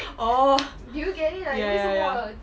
oh ya ya ya